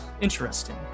interesting